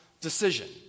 decision